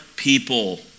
people